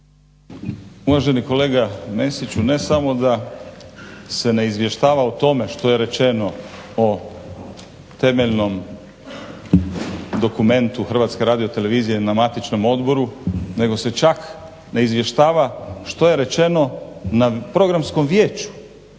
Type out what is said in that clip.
Uvaženi kolega Mesiću ne samo da se ne izvještava o tome što je rečeno o temeljnom dokumentu HRT-a na matičnom odboru nego se čak ne izvještava što je rečeno na programskom vijeću.